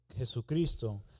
Jesucristo